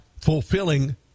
fulfilling